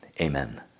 Amen